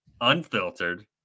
unfiltered